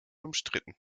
umstritten